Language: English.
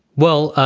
well,